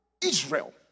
Israel